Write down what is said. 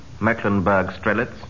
Mecklenburg-Strelitz